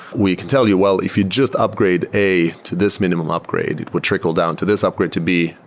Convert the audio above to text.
we can tell you, well, if you just upgrade a to this minimum upgrade, it would trickle down to this upgrade to b,